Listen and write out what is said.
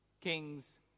kings